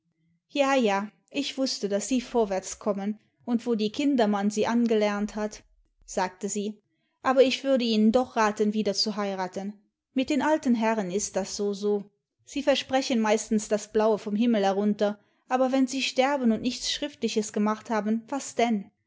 ja ja ich wußte daß sie vorwärts kommen und wo die kindermann sie angelernt hat sagte sie aber ich würde ihnen doch raten wieder zu heiraten mit den alten herren ist das so so sie versprechen meistens das blaue vom himmel herunter aber wenn sie sterben und nichts schriftliches gemacht haben was denn